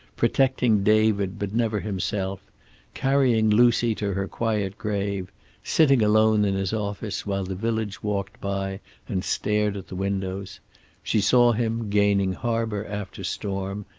protecting david but never himself carrying lucy to her quiet grave sitting alone in his office, while the village walked by and stared at the windows she saw him, gaining harbor after storm,